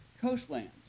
Coastlands